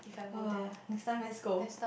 !woah! next time let's go